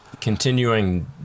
continuing